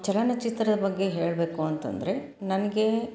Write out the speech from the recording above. ಚಲನಚಿತ್ರದ ಬಗ್ಗೆ ಹೇಳಬೇಕು ಅಂತಂದರೆ ನನ್ಗೆ